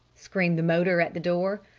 screamed the motor at the door.